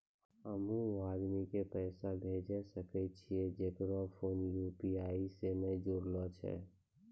हम्मय उ आदमी के पैसा भेजै सकय छियै जेकरो फोन यु.पी.आई से नैय जूरलो छै?